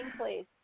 please